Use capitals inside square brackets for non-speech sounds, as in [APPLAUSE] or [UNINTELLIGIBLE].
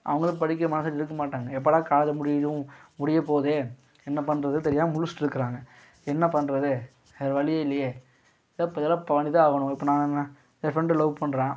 அவங்களும் படிக்க [UNINTELLIGIBLE] மாட்டாங்க எப்போடா காலேஜே முடியும் முடியப்போதே என்ன பண்ணுறதுன் தெரியாமல் முழிச்சிட்டுருக்குறாங்க என்ன பண்ணுறது வேற வழியே இல்லையே இதை இதெல்லாம் பண்ணிதான் ஆகணும் இப்போ நாங்கள் என் ஃப்ரெண்டு லவ் பண்ணுறான்